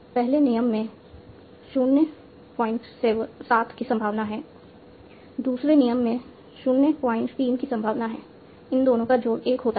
पहले नियम में 07 की संभावना है दूसरे नियम में 03 की संभावना है इन दोनों का जोड़ 1 होता है